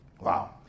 Wow